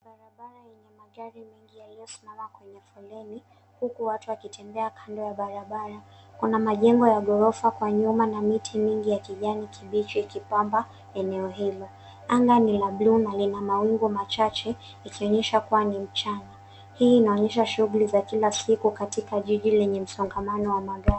Barabara yenye magari mengi yaliyosimama kwenye foleni huku watu wakitembea kando ya barabara. Kuna majengo ya ghorofa kwa nyuma na miti mingi ya kijani kibichi ikipamba eneo hilo. Anga ni la bluu na lina mawingu machache, yakionyesha kuwa ni mchana. Hii inaonyesha shughuli za kila siku katika jiji lenye msongamano wa magari.